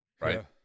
right